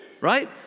right